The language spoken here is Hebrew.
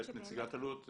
נציגת אלו"ט.